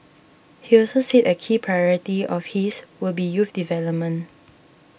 he also said a key priority of his will be youth development